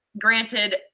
Granted